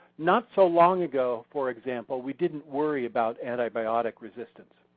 not so long ago, for example, we didn't worry about antibiotic resistance.